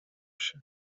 się